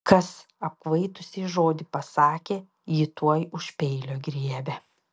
kas apkvaitusiai žodį pasakė ji tuoj už peilio griebia